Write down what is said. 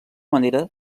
manera